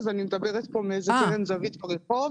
אז אני מדברת פה מקרן זווית ברחוב.